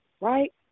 Right